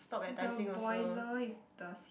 the boiler is the seafood thing is it